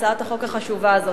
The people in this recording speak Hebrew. את הצעת החוק החשובה הזאת.